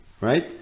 right